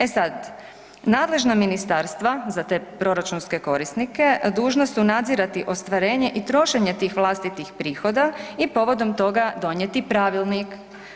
E sad, nadležna ministarstva za te proračunske korisnike dužni su nadzirati ostvarenje i trošenje tih vlastitih prihoda i povodom toga donijeti Pravilnik.